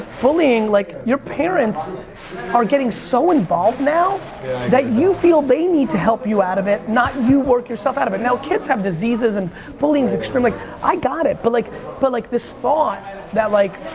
bullying, like, your parents are getting so involved now that you feel they need to help you out of it, not you work yourself out of it. now kids have diseases and bullying's extreme, like i got it but like but like this thought that like.